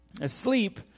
asleep